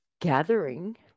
gathering